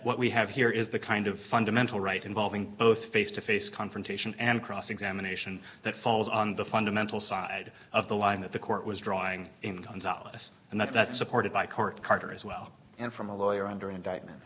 what we have here is the kind of fundamental right involving both face to face confrontation and cross examination that falls on the fundamental side of the line that the court was drawing in gonzales and that that supported by court carter as well and from a lawyer under